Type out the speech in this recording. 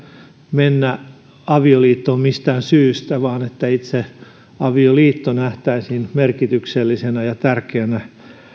mennä avioliittoon mistään syystä vaan että itse avioliitto nähtäisiin merkityksellisenä ja tärkeänä